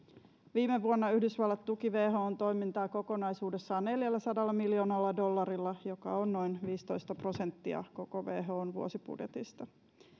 viime vuonna yhdysvallat tuki whon toimintaa kokonaisuudessaan neljälläsadalla miljoonalla dollarilla joka on noin viisitoista prosenttia koko whon vuosibudjetista